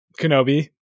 kenobi